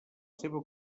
seva